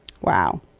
wow